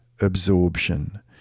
absorption